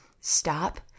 stop